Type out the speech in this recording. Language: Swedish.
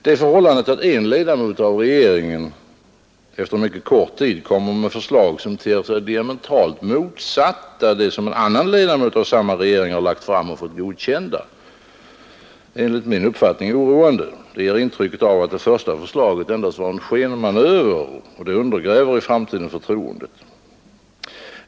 Det förhållandet, att en ledamot av regeringen efter mycket kort tid kommer med förslag som ter sig diametralt motsatta dem som en annan ledamot av samma regering lagt fram och fått godkända är enligt min uppfattning oroande. Det ger intryck av att det första förslaget endast var en skenmanöver och det undergräver i framtiden förtroendet.